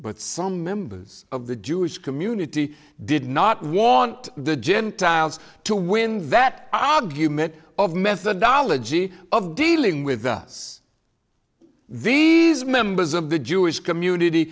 but some members of the jewish community did not want the gentiles to win that argument of methodology of dealing with us these members of the jewish community